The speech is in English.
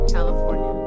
California